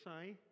say